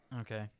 Okay